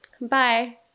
Bye